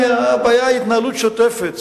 הבעיה היא התנהלות שוטפת.